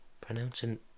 pronouncing